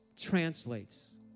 translates